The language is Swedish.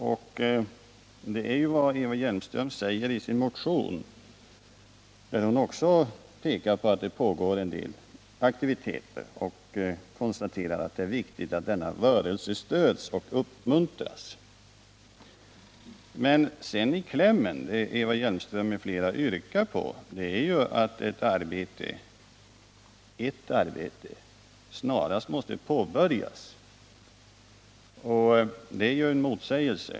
Också i motionen framhålls att det pågår aktiviteter på detta område och att det är viktigt att denna verksamhet stöds och uppmuntras. Men i klämmen yrkar Eva Hjelmström m.fl. att ett arbete snarast måste påbörjas, och det innebär ju en motsägelse.